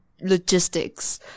logistics